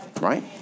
Right